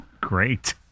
Great